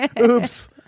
Oops